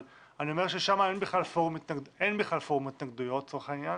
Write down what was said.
אבל שם אין בכלל פורום התנגדויות לצורך העניין.